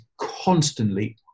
constantly